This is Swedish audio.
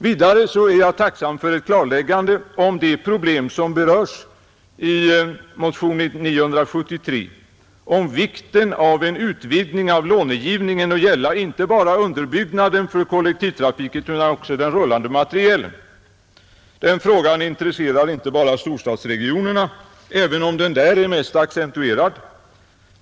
Vidare är jag tacksam för ett klarläggande i fråga om det problem som berörs i motion 973 om vikten av en utvidgning av långivningen att gälla inte bara underbyggnaden för kollektivtrafiken utan också den rullande materielen. Den frågan intresserar inte bara storstadsregionerna — även om den där är mest accentuerad.